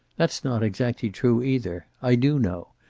that's not exactly true, either. i do know.